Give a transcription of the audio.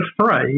afraid